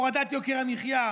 הורדת יוקר המחיה,